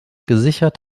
gesichert